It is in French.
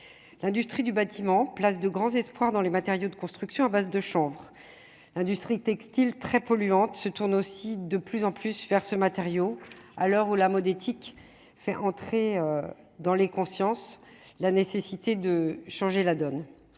l'industrie du bâtiment place de grands espoirs dans les matériaux de construction à base de chanvre, industrie textile très polluantes se tournent aussi de plus en plus faire ce matériau à l'heure où la mode éthique, c'est entrer dans les consciences, la nécessité de changer la donne,